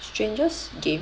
strangers game